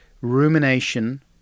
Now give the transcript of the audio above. rumination